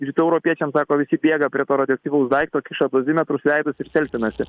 rytų europiečiams sako visi bėga prie to radioaktyvaus daikto kišą dozimetrus veidus ir selfinasi